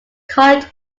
college